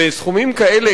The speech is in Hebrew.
וסכומים כאלה,